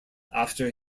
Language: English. after